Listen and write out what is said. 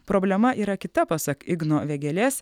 problema yra kita pasak igno vėgėlės